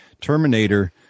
Terminator